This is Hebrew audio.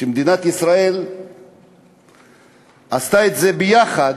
שמדינת ישראל עשתה את זה יחד,